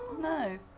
No